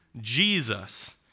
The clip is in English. Jesus